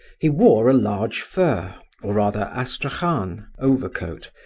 he wore a large fur or rather astrachan overcoat,